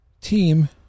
team